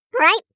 Right